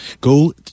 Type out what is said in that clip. Go